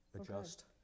adjust